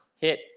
hit